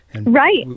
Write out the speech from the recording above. Right